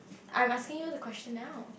I'm asking you the question now